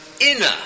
inner